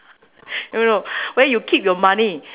no no where you keep your money